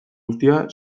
guztia